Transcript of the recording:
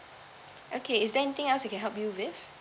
okay is there anything else we can help you with